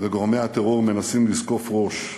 וגורמי הטרור מנסים לזקוף ראש.